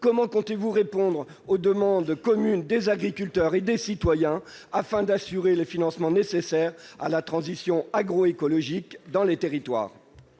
Comment comptez-vous répondre aux demandes communes des agriculteurs et des citoyens afin d'assurer les financements nécessaires à la transition agroécologique dans les territoires ?